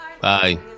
Bye